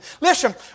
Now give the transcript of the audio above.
Listen